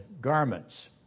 garments